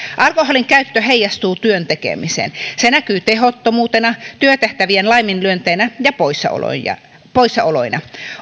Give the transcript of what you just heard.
alkoholinkäyttö heijastuu työn tekemiseen se näkyy tehottomuutena työtehtävien laiminlyönteinä ja poissaoloina